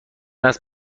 است